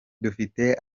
dufite